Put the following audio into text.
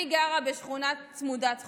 אני גרה בשכונה צמודת חוף,